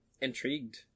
intrigued